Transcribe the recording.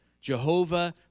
Jehovah